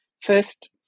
first